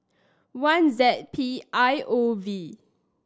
one Z P I O V